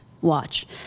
watch